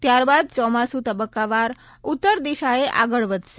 ત્યારબાદ ચોમાસુ તબક્કાવાર ઉત્તર દિશાએ આગળ વધશે